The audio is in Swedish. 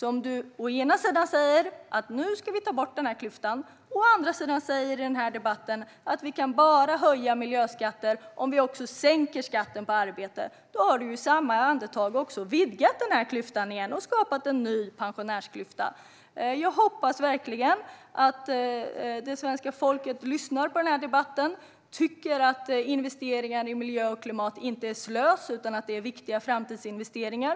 Om du å ena sidan säger att ni nu ska ta bort klyftan och å andra sidan i debatten säger att man bara kan höja miljöskatter om man också sänker skatten på arbete har du i samma andetag vidgat klyftan igen och skapat en ny pensionärsklyfta. Jag hoppas verkligen att svenska folket lyssnar på denna debatt och tycker att investeringar i miljö och klimat inte är slös, utan viktiga framtidsinvesteringar.